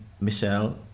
Michelle